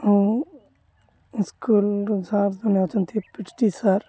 ଆଉ ସ୍କୁଲ୍ରୁ ସାର୍ ଜଣେ ଅଛନ୍ତି ପି ଟି ସାର୍